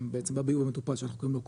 בעצם בביוב המטופל שאנחנו קוראים לו קולחים.